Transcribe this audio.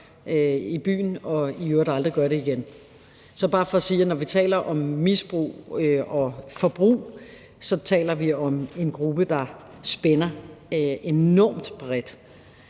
i øvrigt. Så det er bare for sige, at når vi taler om misbrug og forbrug, taler vi om en gruppe, der spænder enormt bredt.